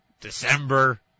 December